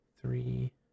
Three